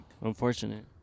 Unfortunate